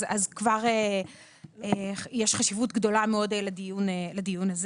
אז כבר יש חשיבות גדולה מאוד לדיון הזה